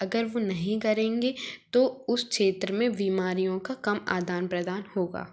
अगर वो नही करेंगे तो उस क्षेत्र में बिमारियों का कम आदान प्रदान होगा